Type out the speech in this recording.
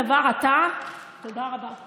לולא אתה והנוגעים בדבר, אתה, תודה רבה.